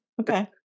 Okay